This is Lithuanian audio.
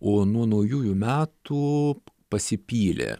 o nuo naujųjų metų pasipylė